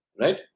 right